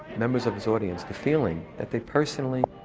members of his audience, the feeling that they personally,